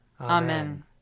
Amen